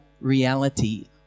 reality